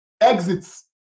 exits